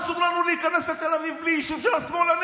אסור לנו להיכנס לתל אביב בלי אישור של השמאלנים.